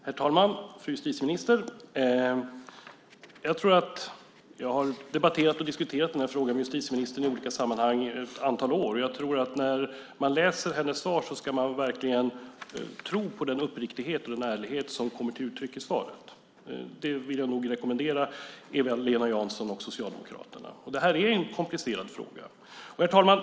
Herr talman! Fru justitieminister! Jag har debatterat och diskuterat den här frågan med justitieministern i olika sammanhang i ett antal år. När man läser hennes svar ska man verkligen tro på den uppriktighet och ärlighet som kommer till uttryck där. Jag vill rekommendera Eva-Lena Jansson och Socialdemokraterna att tänka på det. Detta är en komplicerad fråga. Herr talman!